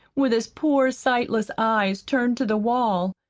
with his poor sightless eyes turned to the wall.